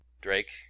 Drake